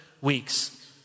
weeks